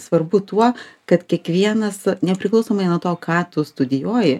svarbu tuo kad kiekvienas nepriklausomai nuo to ką tu studijuoji